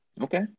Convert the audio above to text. Okay